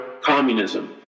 communism